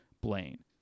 Blaine